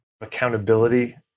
accountability